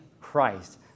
Christ